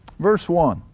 verse one,